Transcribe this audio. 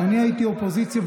ואני הייתי אופוזיציה,